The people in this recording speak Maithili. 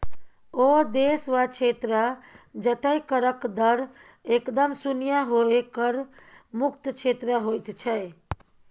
ओ देश वा क्षेत्र जतय करक दर एकदम शुन्य होए कर मुक्त क्षेत्र होइत छै